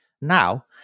Now